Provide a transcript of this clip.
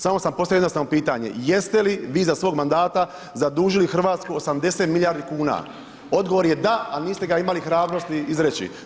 Samo sam postavio jednostavno pitanje jeste li vi za svog mandata zadužili Hrvatsku 80 milijardi kuna, odgovor je da ali niste ga imali hrabrosti izreći.